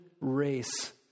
race